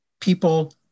people